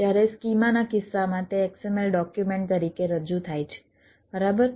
જ્યારે સ્કીમાના કિસ્સામાં તે XML ડોક્યુમેન્ટ તરીકે રજૂ થાય છે બરાબર